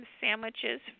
sandwiches